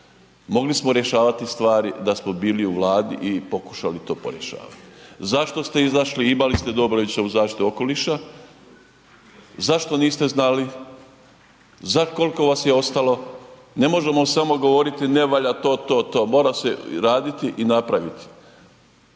Mogli smo rješavati stvari da smo bili u Vladi i pokušali to porješavati. Zašto ste izašli? Imali ste Dobrovićevu zaštitu okoliša. Zašto niste znali? Kolko vas je ostalo? Ne možemo samo govoriti ne valja to, to, to, mora se i raditi i napraviti.